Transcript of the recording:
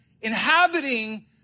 inhabiting